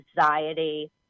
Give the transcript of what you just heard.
anxiety